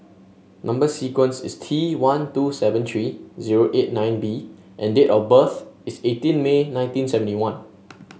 number sequence is T one two seven three zero eight nine B and date of birth is eighteen May nineteen seventy one